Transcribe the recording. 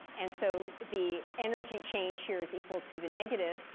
and so the energy change here is equal to the negative